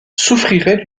souffriraient